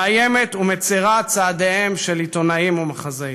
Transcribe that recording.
מאיימת ומצרה את צעדיהם של עיתונאים ומחזאים.